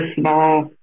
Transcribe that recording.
small